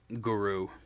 guru